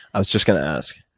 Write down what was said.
i was just going to ask,